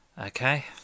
Okay